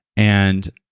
and